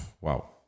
wow